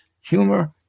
humor